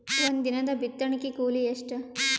ಒಂದಿನದ ಬಿತ್ತಣಕಿ ಕೂಲಿ ಎಷ್ಟ?